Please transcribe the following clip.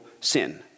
sin